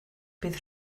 bydd